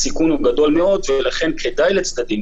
הסיכון גדול מאוד ולכן כדאי לצדדים,